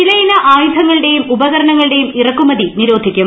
ചിലയിന ആയുധങ്ങളുടെയും ഉപകരണങ്ങളുടെയും ഇറക്കുമതി നിരോധിക്കും